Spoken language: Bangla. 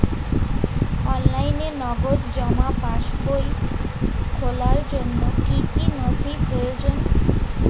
অনলাইনে নগদ জমা পাসবই খোলার জন্য কী কী নথি প্রয়োজন?